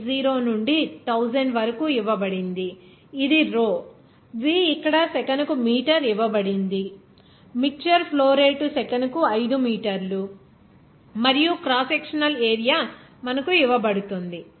80 నుండి 1000 వరకు ఇవ్వబడింది ఇది రో v ఇక్కడ సెకనుకు మీటర్ ఇవ్వబడింది మిక్చర్ ఫ్లో రేటు సెకనుకు 5 మీటర్లు మరియు క్రాస్ సెక్షనల్ ఏరియా మనకు ఇవ్వబడుతుంది